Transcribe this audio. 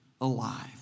alive